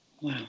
Wow